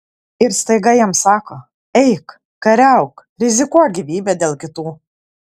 ir staiga jam sako eik kariauk rizikuok gyvybe dėl kitų